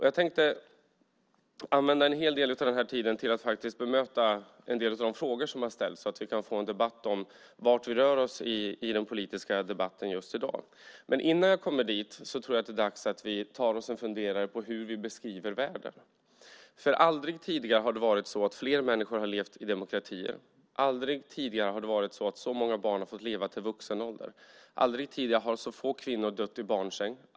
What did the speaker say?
Jag tänkte använda en hel del av tiden till att faktiskt bemöta några av de frågor som har ställts så att vi kan få en debatt om vart vi rör oss i den politiska debatten just i dag. Men innan jag kommer dit tror jag att det är dags att vi tar oss en funderare på hur vi beskriver världen. Aldrig tidigare har fler människor levt i demokratier. Aldrig tidigare har så många barn fått leva till vuxen ålder. Aldrig tidigare har så få kvinnor dött i barnsäng.